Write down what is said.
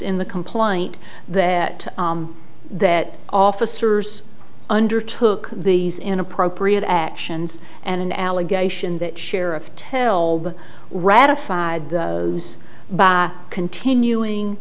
in the complaint that that officers under took these inappropriate actions and an allegation that sheriff ten well ratified by continuing